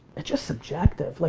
it's just subjective. like,